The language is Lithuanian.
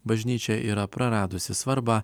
bažnyčia yra praradusi svarbą